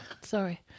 Sorry